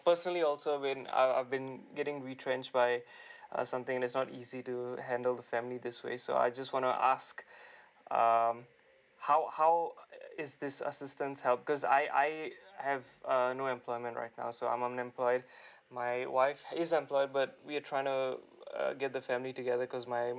personally also I mean I've I've been getting retrenched by uh something that's not easy to handle the family this way so I just want to ask um how how uh is this assistance help because I I have err no employment right now so I'm unemployed my wife is employed but we are trying to uh get the family together cause my